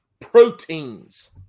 proteins